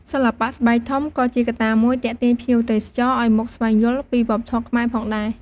សិល្បៈស្បែកធំក៏ជាកត្តាមួយទាក់ទាញភ្ញៀវទេសចរឲ្យមកស្វែងយល់ពីវប្បធម៌ខ្មែរផងដែរ។